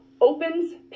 opens